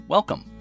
Welcome